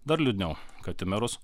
dar liūdniau kad į merus